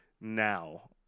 now